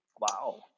Wow